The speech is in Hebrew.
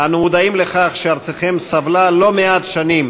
אנו מודעים לכך שארצכם סבלה לא מעט שנים